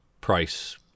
price